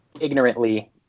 ignorantly